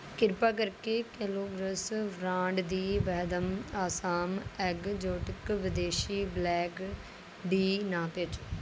ਕਿਰਪਾ ਕਰਕੇ Kellogg's brand ਦੀ ਵਾਹਦਮ ਆਸਾਮ ਐਗਜ਼ੌਟਿਕ ਵਿਦੇਸ਼ੀ ਬਲੈਕ ਡੀ ਨਾ ਭੇਜੋ